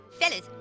Fellas